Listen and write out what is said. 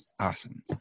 Awesome